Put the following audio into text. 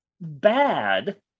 bad